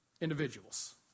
individuals